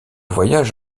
voyage